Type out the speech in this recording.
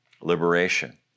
liberation